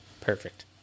perfect